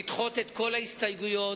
ולדחות את כל ההסתייגויות.